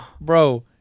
Bro